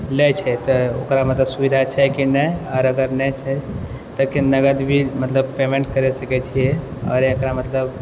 लै छै तऽ ओकरा मतलब सुविधा छै कि नहि आओर अगर नहि छै तऽ नगद भी पेमेन्ट करि सकै छियै आओर एकरा मतलब